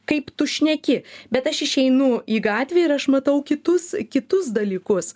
kaip tu šneki bet aš išeinu į gatvę ir aš matau kitus kitus dalykus